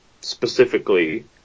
specifically